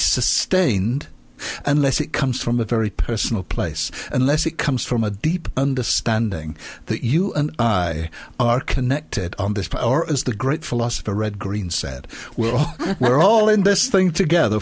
sustained unless it comes from a very personal place unless it comes from a deep understanding that you and i are connected on this point or as the great philosopher red green said well we're all in this thing together